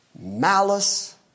malice